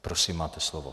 Prosím, máte slovo.